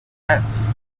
heads